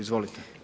Izvolite.